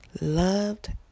loved